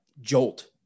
jolt